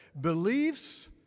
beliefs